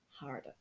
harder